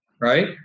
right